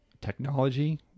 Technology